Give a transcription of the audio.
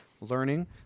learning